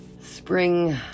spring